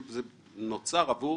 זה נוצר עבור